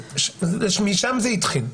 משם זה התחיל.